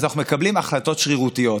אז אנחנו מקבלים החלטות שרירותיות.